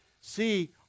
see